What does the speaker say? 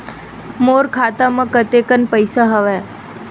मोर खाता म कतेकन पईसा हवय?